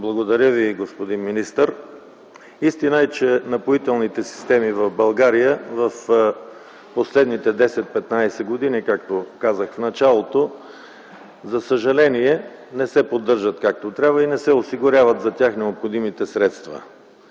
Благодаря Ви, господин министър. Истина е, че напоителните системи в България в последните 10-15 години, както казах в началото, за съжаление не се поддържат както трябва и за тях не се осигуряват необходимите средства.